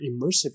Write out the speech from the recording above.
immersive